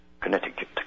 Connecticut